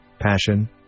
passion